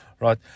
right